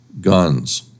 guns